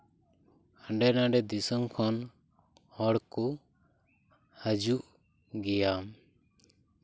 ᱦᱟᱸᱰᱮ ᱱᱷᱟᱰᱮ ᱫᱤᱥᱚᱢ ᱠᱷᱚᱱ ᱦᱚᱲ ᱠᱚ ᱦᱤᱡᱩᱜ ᱜᱮᱭᱟ